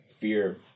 fear